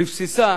בבסיסה